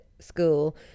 School